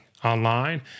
Online